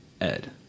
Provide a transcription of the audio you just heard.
Ed